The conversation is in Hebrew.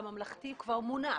הממלכתי כבר מונח.